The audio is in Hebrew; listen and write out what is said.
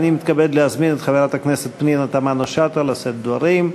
אני מתכבד להזמין את חברת הכנסת פנינה תמנו-שטה לשאת דברים.